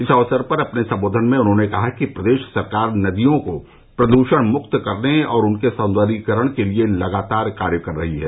इस अवसर पर अपने संबोधन में उन्होंने कहा कि प्रदेश सरकार नदियों को प्रदृषणमुक्त करने और उनके साँदर्यीकरण के लिए लगातार कार्य कर रही है